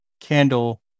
candle